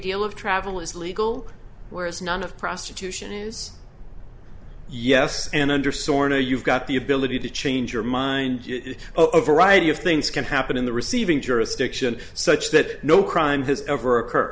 deal of travel is legal whereas none of prostitution is yes and under sor no you've got the ability to change your mind overriding of things can happen in the receiving jurisdiction such that no crime has ever occur